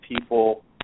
people